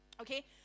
Okay